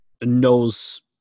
knows